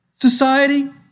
society